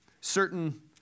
Certain